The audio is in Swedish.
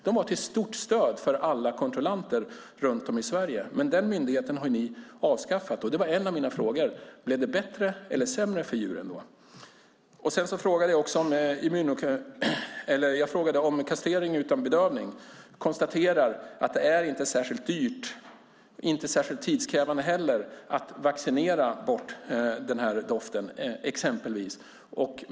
De var ett stort stöd för alla kontrollanter runt om i Sverige. Den myndigheten har ni alltså avskaffat. En av de frågor jag ställt är om det blev bättre eller sämre för djuren. Jag har också frågat om kastrering utan bedövning och konstaterar att det inte är särskilt dyrt och inte heller särskilt tidskrävande att vaccinera bort exempelvis förekommande doft.